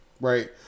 right